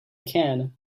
can